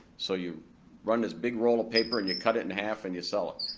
so you run this big roll of paper and you cut it in half and you sell it.